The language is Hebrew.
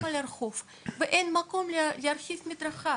ואין מקום להרחיב את המדרכה.